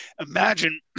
imagine